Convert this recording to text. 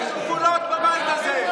חבר הכנסת, בבקשה